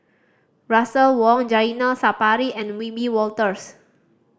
Russel Wong Zainal Sapari and Wiebe Wolters